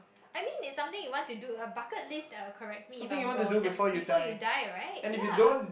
I mean is something you want to do a bucket list correct me if I'm wrong before you die right ya